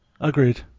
Agreed